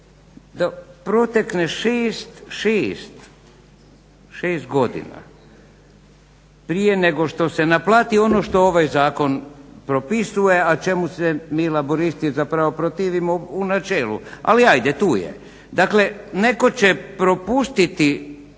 da protekne šest godina prije nego što se naplati ono što ovaj Zakon propisuje, a čemu se mi Laburisti zapravo protivimo u načelu, ali hajde. Tu je. Dakle, netko će propustiti